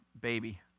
baby